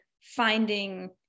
finding